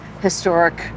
historic